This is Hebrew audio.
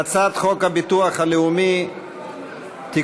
הצעת חוק הביטוח הלאומי (תיקון,